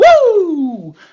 Woo